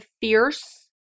fierce